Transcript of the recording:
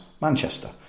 Manchester